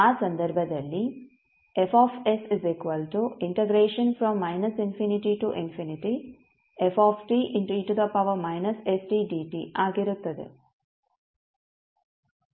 ಆ ಸಂದರ್ಭದಲ್ಲಿ ಆಗಿರುತ್ತದೆ